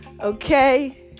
Okay